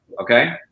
okay